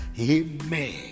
Amen